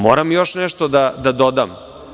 Moram još nešto da dodam.